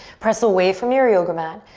press away from your yoga mat,